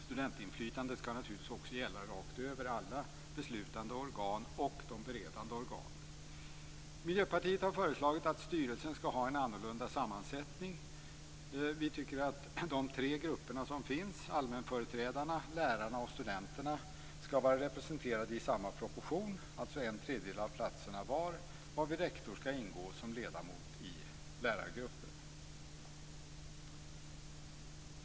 Studentinflytandet skall naturligtvis också gälla rakt över alla beslutande organ och de beredande organen. Miljöpartiet har föreslagit att styrelsen skall ha en annorlunda sammansättning. Vi tycker att de tre grupper som finns, allmänföreträdarna, lärarna och studenterna, skall vara representerade i samma proportion. De skall alltså ha en tredjedel av platserna var, varvid rektor skall ingå som ledamot i lärargruppen.